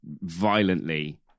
violently